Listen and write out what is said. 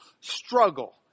struggle